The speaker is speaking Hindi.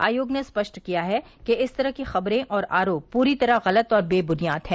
आयोग ने स्पष्ट किया है कि इस तरह की खबरें और आरोप पूरी तरह गलत और बेबुनियाद हैं